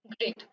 Great